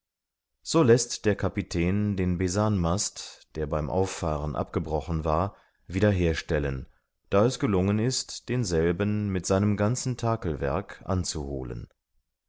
so läßt der kapitän den besanmast der beim auffahren abgebrochen war wieder herstellen da es gelungen ist denselben mit seinem ganzen takelwerk anzuholen